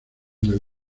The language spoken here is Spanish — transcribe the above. del